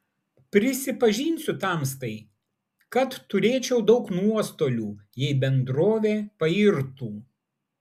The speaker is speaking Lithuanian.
prisipažinsiu tamstai kad turėčiau daug nuostolių jei bendrovė pairtų